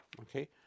Okay